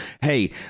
hey